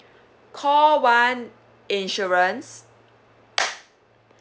call one insurance